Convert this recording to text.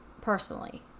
personally